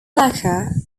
lacquer